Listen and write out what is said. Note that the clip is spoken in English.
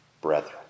brethren